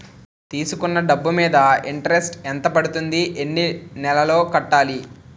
తీసుకున్న డబ్బు మీద ఇంట్రెస్ట్ ఎంత పడుతుంది? ఎన్ని నెలలో కట్టాలి?